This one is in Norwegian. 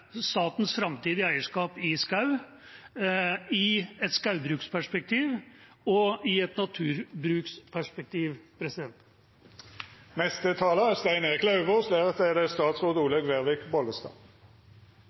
statens framtidige eierskap i skog i et skogbruksperspektiv og i et naturbruksperspektiv. Det er jo sånn at regjeringens store idé er